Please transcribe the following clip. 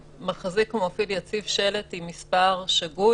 מחזיק או מפעיל יציב שלט עם מספר שגוי,